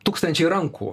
tūkstančiai rankų